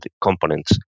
components